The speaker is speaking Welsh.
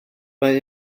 mae